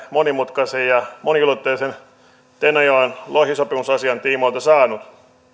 monimutkaisen ja moniulotteisen tenojoen lohisopimusasian tiimoilta saanut